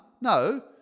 No